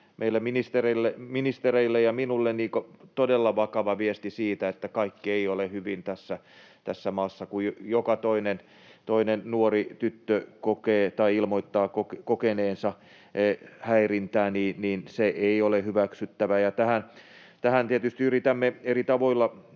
meille ministereille ja minulle todella vakava viesti siitä, että kaikki ei ole hyvin tässä maassa. Kun joka toinen nuori tyttö kokee tai ilmoittaa kokeneensa häirintää, niin se ei ole hyväksyttävää. Tähän tietysti yritämme eri tavoilla